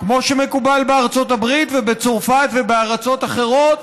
כמו שמקובל בארצות הברית ובצרפת ובארצות אחרות: